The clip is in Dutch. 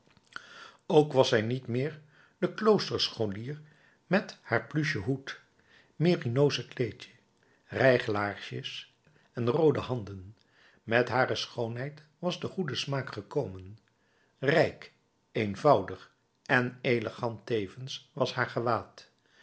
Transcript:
ook was zij niet meer de kloosterscholier met haar pluchen hoed merinossen kleedje rijglaarsjes en roode handen met hare schoonheid was de goede smaak gekomen rijk eenvoudig en elegant tevens was haar gewaad